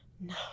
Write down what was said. No